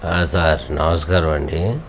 sir నమస్కారం అండి